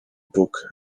bóg